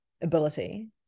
ability